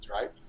right